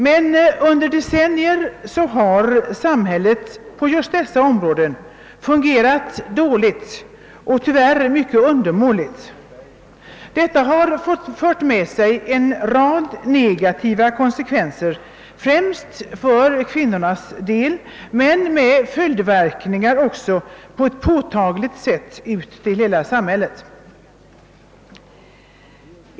Men under decennier har samhället på just dessa områden fungerat dåligt eller t.o.m. undermåligt. Detta har fört med sig främst en rad negativa konsekvenser för kvinnornas del men också följdverkningar som på ett påtagligt sätt sträckt sig ut i hela samhället.